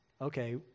okay